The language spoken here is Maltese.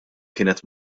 kienet